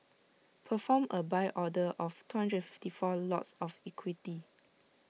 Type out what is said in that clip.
perform A buy order of two hundred and fifty four lots of equity